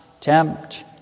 tempt